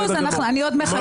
מאה אחוז, אני עוד מחכה.